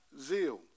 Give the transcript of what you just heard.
zeal